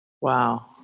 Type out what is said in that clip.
Wow